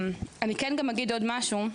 אני כן גם אגיד עוד משהו,